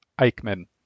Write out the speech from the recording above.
Eichmann